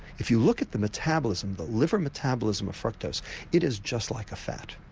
if you look at the metabolism, the liver metabolism of fructose it is just like a fat,